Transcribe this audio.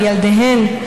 על ילדיהן,